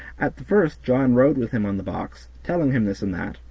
at the first john rode with him on the box, telling him this and that,